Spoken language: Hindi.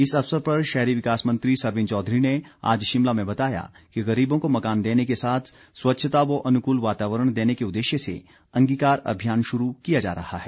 इस अवसर पर शहरी विकास मंत्री सरवीण चौधरी ने आज शिमला में बताया कि गरीबों को मकान देने के साथ स्वच्छता व अनुकूल वातावरण देने के उद्देश्य से अंगीकार अभियान शुरू किया जा रहा है